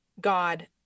God